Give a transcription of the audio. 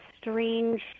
strange –